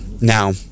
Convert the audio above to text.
Now